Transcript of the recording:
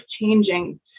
changing